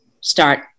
start